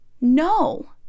No